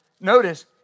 Notice